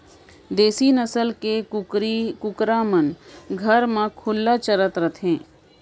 देसी नसल के कुकरी कुकरा मन घर म खुल्ला चरत रथें